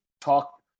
talk